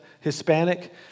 Hispanic